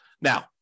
Now